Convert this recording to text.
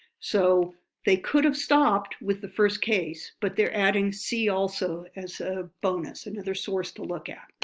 so they could have stopped with the first case but they're adding see also as a bonus, another source to look at.